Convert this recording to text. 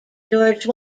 george